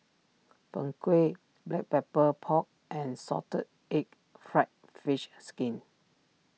Png Kueh Black Pepper Pork and Salted Egg Fried Fish Skin